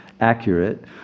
accurate